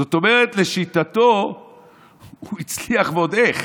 זאת אומרת, לשיטתו הוא הצליח ועוד איך.